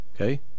okay